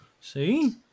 See